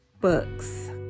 books